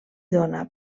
dóna